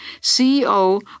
CEO